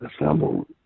assemble